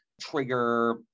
trigger